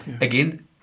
again